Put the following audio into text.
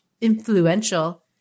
influential